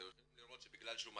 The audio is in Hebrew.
אתם יכולים לראות שבגלל שהוא מדען,